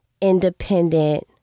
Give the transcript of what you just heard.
independent